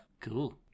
cool